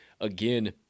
again